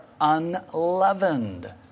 unleavened